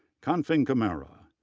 kanfing camara,